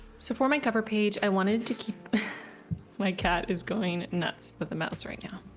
so for my cover page i wanted to keep my cat is going nuts with the mouse right now